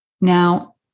Now